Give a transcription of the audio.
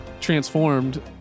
transformed